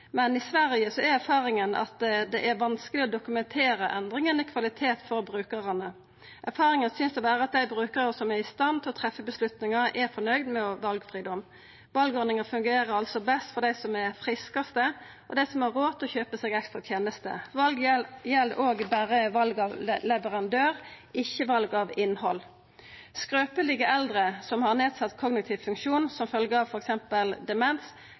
men i Sverige er erfaringa at det er vanskeleg å dokumentera endringa i kvalitet for brukarane. Erfaringa synest å vera at dei brukarane som er i stand til å treffa avgjerder, er fornøgde med valfridom. Valordninga fungerer altså best for dei friskaste og for dei som har råd til å kjøpa seg ekstra tenester. Valet gjeld òg berre val av leverandør, ikkje val av innhald. Skrøpelege eldre som har nedsett kognitiv funksjon som følgje av f.eks. demens,